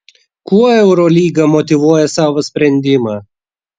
kuo eurolyga motyvuoja savo sprendimą